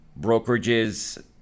brokerages